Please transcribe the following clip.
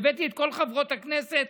הבאתי את כל חברות הכנסת